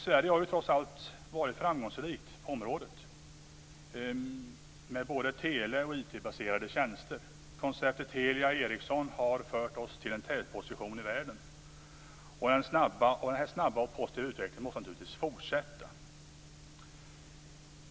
Sverige har trots allt varit framgångsrikt på området, med både tele och IT-baserade tjänster. Konceptet Telia-Ericsson har fört oss till en tätposition i världen. Den snabba och positiva utvecklingen måste naturligtvis fortsätta.